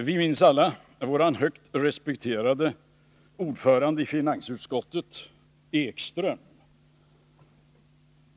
Vi minns alla vår högt respekterade ordförande i finansutskottet, Sven Ekström.